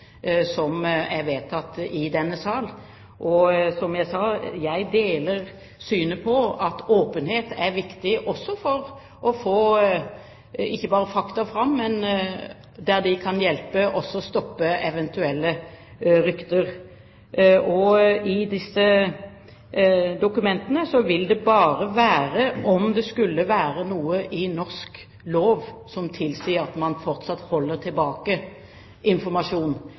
som er vedtatt i denne sal. Som jeg sa, deler jeg det synet at åpenhet er viktig for å få ikke bare fakta fram, men også for å hjelpe til med å stoppe eventuelle rykter. Disse dokumentene vil det bare være aktuelt å holde tilbake informasjon fra om det skulle være noe i norsk lov som tilsier det. Men i lys av at